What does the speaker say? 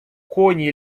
коні